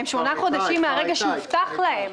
חלפו שמונה חודשים מרגע שהובטח להם.